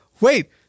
wait